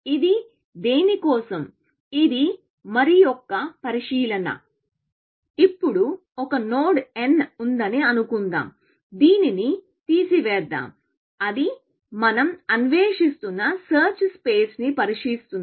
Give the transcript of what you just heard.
ఇది దేనికోసంఇది మరియొక పరిశీలన ఇప్పుడు ఒక నోడ్ n ఉందని అనుకుందాం దీనిని తీసివేద్దాం అది మనం అన్వేషిస్తున్న సెర్చ్ స్పేస్ ని వర్ణిస్తుంది